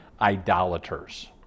idolaters